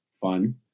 fun